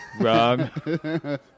wrong